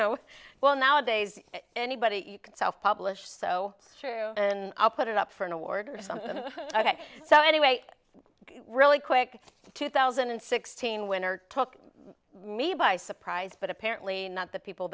know well nowadays anybody can self publish so and i'll put it up for an award or something so anyway really quick two thousand and sixteen winner took me by surprise but apparently not the people